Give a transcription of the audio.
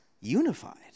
unified